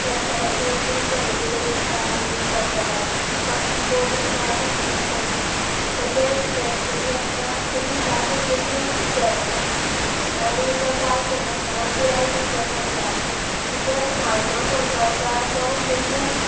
लॅपटॉपाची inbuilt quality बरी आसा आनी लॅपटॉपाचो किबोर्ड जो आसा तो स्मूथ चलता तशेंच बॅटरी आसा तेची चार्जींग बेगीन देवना आनी तो चार्ज करिनासतना पुराय दिसो चलता तशेंच मायक्रोफोन जो आसा तो बेगीन